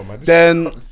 Then-